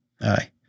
Aye